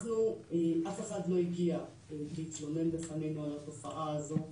אף אחד לא הגיע להתלונן בפנינו על התופעה הזו.